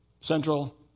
Central